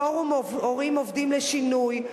פורום "הורים עובדים לשינוי",